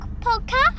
podcast